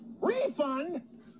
Refund